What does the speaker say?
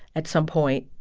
at some point,